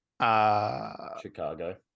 Chicago